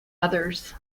others